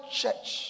church